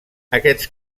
aquests